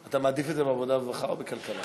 אתה מעדיף את זה בעבודה ורווחה, או בכלכלה?